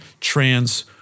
trans